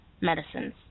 medicines